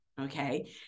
Okay